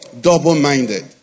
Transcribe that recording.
double-minded